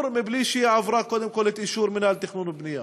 בלי שהיא עברה קודם כול את אישור מינהל תכנון ובנייה.